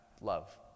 Love